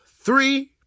three